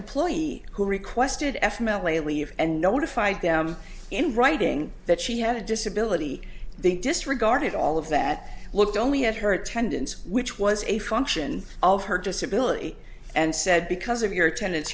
employee who requested f mily they leave and notified them in writing that she had a disability they disregarded all of that looked only at her attendance which was a function of her disability and said because of your attendance